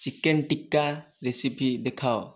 chicken tikka recipe ଦେଖାଅ